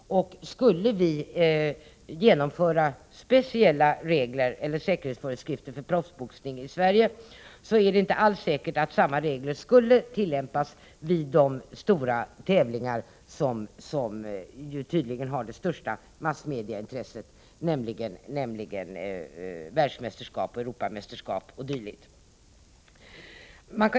Skulle vi införa speciella regler eller säkerhetsföreskrifter för proffsboxning i Sverige, så är det inte alls säkert att samma regler skulle tillämpas vid de stora tävlingar som tydligen har det största massmedieintresset — världsmästerskap, Europamästerskap o.d.